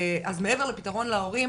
אז מעבר לפתרון להורים,